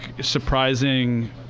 surprising